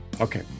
okay